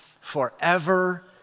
forever